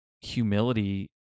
humility